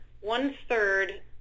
one-third